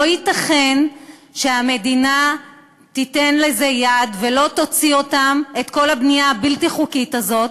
לא ייתכן שהמדינה תיתן לזה יד ולא תוציא את כל הבנייה הבלתי-חוקית הזאת.